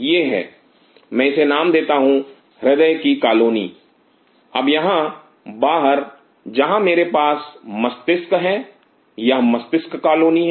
यह है मैं इसे नाम देता हूं हृदय की कॉलोनी अब यहां बाहर जहां मेरे पास मस्तिष्क है यह मस्तिष्क कॉलोनी है